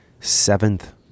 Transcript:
seventh